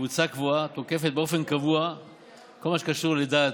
קבוצה קבועה תוקפת באופן קבוע כל מה שקשור לדת,